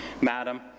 Madam